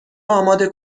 اماده